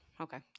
okay